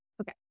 Okay